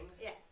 Yes